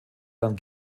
dann